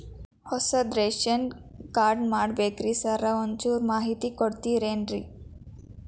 ಹೊಸದ್ ration card ಮಾಡ್ಬೇಕ್ರಿ sir ಒಂಚೂರ್ ಮಾಹಿತಿ ಕೊಡ್ತೇರೆನ್ರಿ?